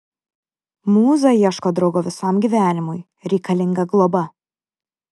mūza ieško draugo visam gyvenimui reikalinga globa